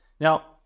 Now